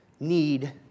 need